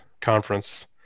conference